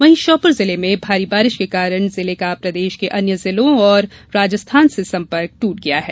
वहीं श्योपुर जिले में भारी बारिश के कारण जिले का प्रदेश के अन्य जिलों और राजस्थान से संपर्क टेट गया है